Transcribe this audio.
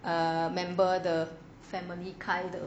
err member the family 开的